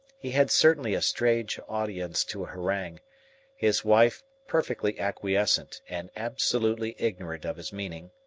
he had certainly a strange audience to harangue his wife perfectly acquiescent and absolutely ignorant of his meaning,